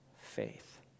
faith